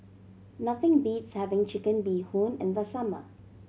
nothing beats having Chicken Bee Hoon in the summer